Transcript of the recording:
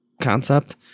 concept